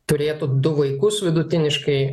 turėtų du vaikus vidutiniškai